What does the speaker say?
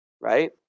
Right